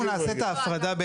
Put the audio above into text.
אנחנו נעשה את ההפרדה.